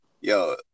yo